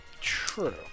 True